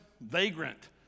vagrant